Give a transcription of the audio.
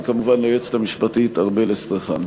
וכמובן ליועצת המשפטית ארבל אסטרחן.